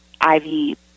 ivy